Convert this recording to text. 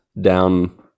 down